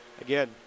again